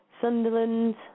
Sunderland